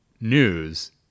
news